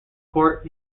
court